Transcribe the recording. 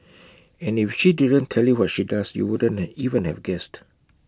and if she didn't tell you what she does you wouldn't and even have guessed